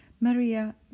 Maria